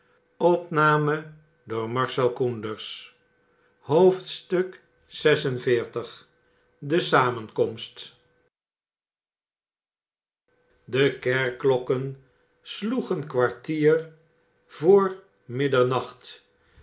db samenkomst de kerkklokken sloegen kwartier voor middernacht